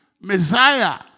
Messiah